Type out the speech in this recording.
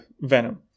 venom